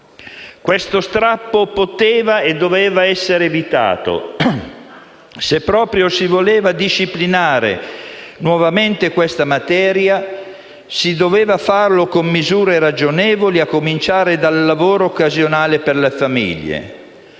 Questo strappo poteva e doveva essere evitato. Se proprio si voleva disciplinare nuovamente questa materia, si doveva farlo con misure ragionevoli, a cominciare dal lavoro occasionale per le famiglie,